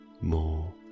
more